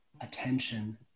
attention